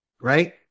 Right